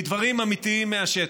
מדברים אמיתיים מהשטח: